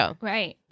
right